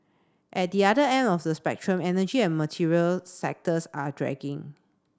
at the other end of the spectrum energy and material sectors are dragging